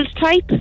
type